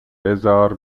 بزار